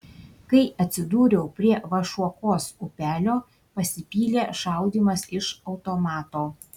kai atsidūriau prie vašuokos upelio pasipylė šaudymas iš automato